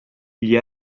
gli